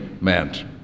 meant